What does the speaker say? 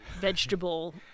vegetable